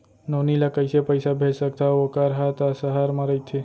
नोनी ल कइसे पइसा भेज सकथव वोकर हा त सहर म रइथे?